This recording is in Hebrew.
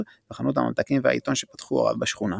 וחנות הממתקים והעיתונים שפתחו הוריו בשכונה.